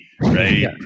right